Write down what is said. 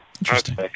Interesting